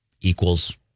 equals